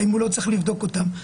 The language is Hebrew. האם הוא לא צריך לבדוק אותם?